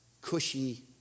cushy